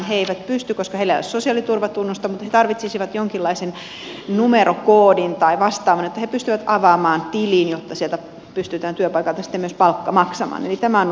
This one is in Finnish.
he eivät pysty koska heillä ei ole sosiaaliturvatunnusta mutta he tarvitsisivat jonkinlaisen numerokoodin tai vastaavan että he pystyvät avaamaan tilin jotta pystytään työpaikalta sitten myös palkka maksamaan